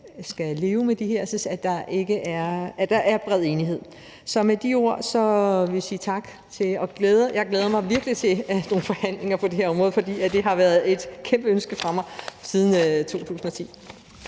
skal leve med det her, at der er bred enighed. Med de ord vil jeg sige tak, og jeg glæder mig virkelig til nogle forhandlinger på det her område, for det har været et kæmpe ønske fra mig siden 2010.